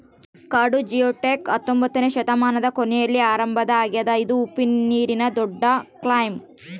ಕಾಡು ಜಿಯೊಡಕ್ ಹತ್ತೊಂಬೊತ್ನೆ ಶತಮಾನದ ಕೊನೆಯಲ್ಲಿ ಪ್ರಾರಂಭ ಆಗ್ಯದ ಇದು ಉಪ್ಪುನೀರಿನ ದೊಡ್ಡಕ್ಲ್ಯಾಮ್